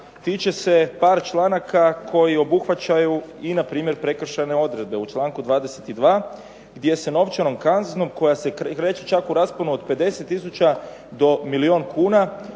tiče se par članaka koji obuhvaćaju i npr. prekršajne odredbe, u članku 22. gdje se novčanom kaznom koja se kreće čak u rasponu od 50 tisuća do milijun kuna,